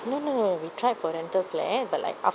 no no we tried for rental flat but like af~